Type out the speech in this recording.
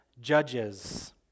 judges